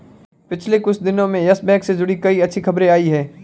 पिछले कुछ दिनो में यस बैंक से जुड़ी कई अच्छी खबरें आई हैं